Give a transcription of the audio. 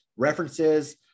references